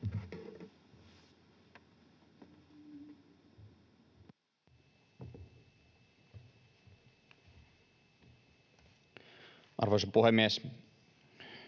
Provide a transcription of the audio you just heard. Arvoisa puhemies!